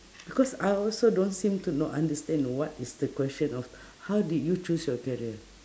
because I also don't seem to know understand what is the question of how did you choose your career